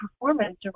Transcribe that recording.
performance